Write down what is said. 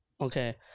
Okay